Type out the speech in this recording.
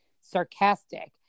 sarcastic